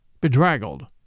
bedraggled